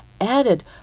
added